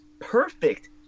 perfect